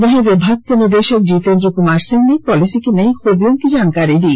वहीं विभाग के निदेशक जीतेंद्र कुमार सिंह ने पॉलिसी की नई खूबियों की जानकारी दी